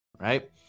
Right